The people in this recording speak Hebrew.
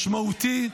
משמעותי,